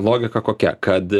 logika kokia kad